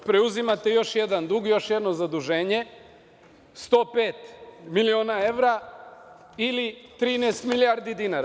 Preuzimate još jedan dug, još jedno zaduženje – 105 miliona evra ili 13 milijardi dinara.